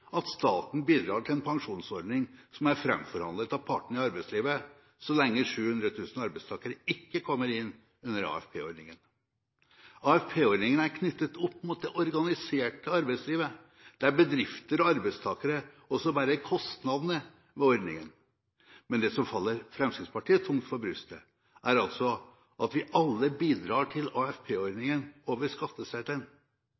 at staten bidrar til en pensjonsordning som er framforhandlet av partene i arbeidslivet, så lenge 700 000 arbeidstakere ikke kommer inn under AFP-ordningen. AFP-ordningen er knyttet opp mot det organiserte arbeidslivet, der bedrifter og arbeidstakere også bærer kostnadene ved ordningen. Men det som faller Fremskrittspartiet tungt for brystet, er altså at vi alle bidrar til